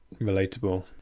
relatable